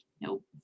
Nope